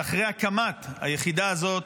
שאחרי הקמת היחידה הזאת,